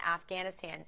Afghanistan